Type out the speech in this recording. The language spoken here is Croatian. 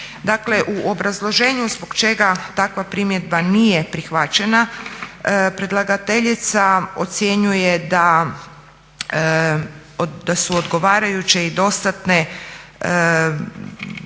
Dakle u obrazloženju zbog čega takva primjedba nije prihvaćena predlagateljica ocjenjuje da, da su odgovarajuće i dostatne